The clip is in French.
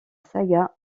saga